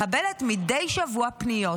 מקבלת מדי שבוע פניות